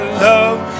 love